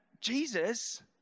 Jesus